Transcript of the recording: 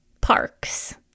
parks